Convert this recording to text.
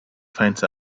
finds